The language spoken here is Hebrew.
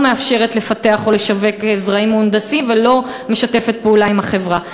לא מאפשרת לפתח או לשווק זרעים מהונדסים ולא משתפת פעולה עם החברה.